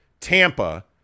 Tampa